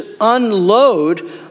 unload